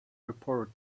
report